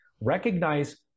Recognize